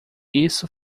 isso